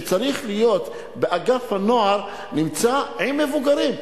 שצריך להיות באגף הנוער, נמצא עם מבוגרים.